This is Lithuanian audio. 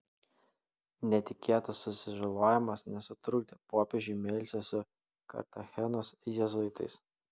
netikėtas susižalojimas nesutrukdė popiežiui melstis su kartachenos jėzuitais